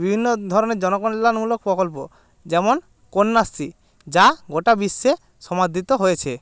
বিভিন্ন ধরনের জনকল্যাণমূলক প্রকল্প যেমন কন্যাশ্রী যা গোটা বিশ্বে সমাদিত হয়েছে